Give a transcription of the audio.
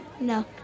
No